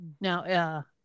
Now